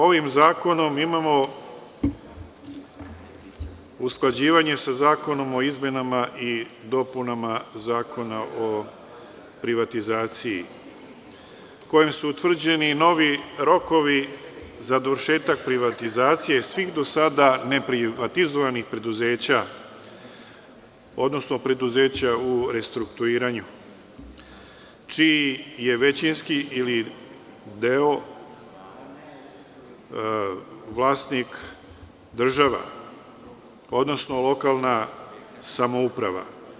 Ovim zakonom imamo usklađivanje sa zakonom o izmenama i dopunama Zakona o privatizaciji, kojim su utvrđeni novi rokovi za dovršetak privatizacije svih do sada neprivatizovanih preduzeća, odnosno preduzeća u restrukturiranju, čiji je većinski ili delom vlasnik država, odnosno lokalna samouprava.